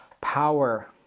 power